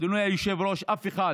אדוני היושב-ראש, אף אחד